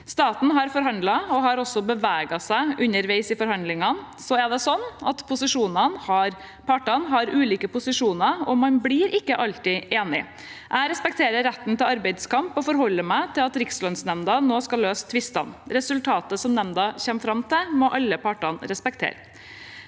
Staten har forhandlet og har også beveget seg underveis i forhandlingene. Så er det sånn at partene har ulike posisjoner, og man blir ikke alltid enige. Jeg respekterer retten til arbeidskamp og forholder meg til at Rikslønnsnemnda nå skal løse tvistene. Resultatet som nemnda kommer fram til, må alle partene respektere.